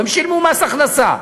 הם שילמו מס הכנסה.